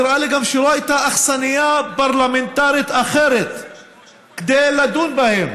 נראה לי גם שלא הייתה אכסניה פרלמנטרית אחרת כדי לדון בהם.